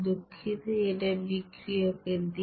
দুঃখিত এটা বিক্রিয়কের দিক